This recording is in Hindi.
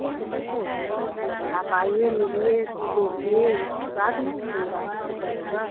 ऐसे कैसे हो पाएगा आप आइए मिलिए देखिए उसके बाद ना कोई बात विचार होगा